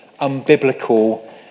unbiblical